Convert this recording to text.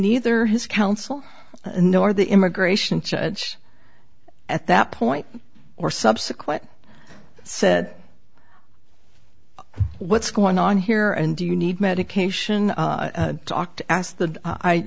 neither his counsel nor the immigration judge at that point or subsequent said what's going on here and do you need medication talk to ask the